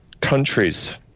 countries